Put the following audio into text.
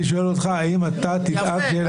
אני שואל אותך האם אתה תדאג שילדיך ישרתו בצבא.